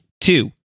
two